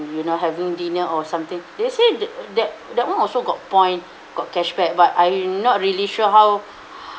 you know having dinner or something they said that that that one also got point got cashback but I not really sure how